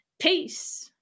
Peace